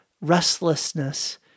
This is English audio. restlessness